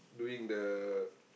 doing the